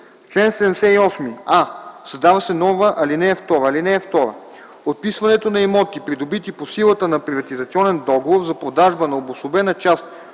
чл. 78: а) създава се нова ал. 2: „(2) Отписването на имоти, придобити по силата на приватизационен договор за продажба на обособена част